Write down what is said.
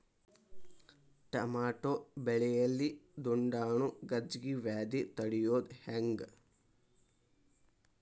Tomato ಬೆಳೆಯಲ್ಲಿ ದುಂಡಾಣು ಗಜ್ಗಿ ವ್ಯಾಧಿ ತಡಿಯೊದ ಹೆಂಗ್?